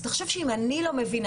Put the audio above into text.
אז תחשוב שאם אני לא מבינה,